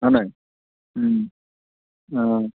হয় নাই অঁ